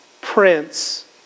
Prince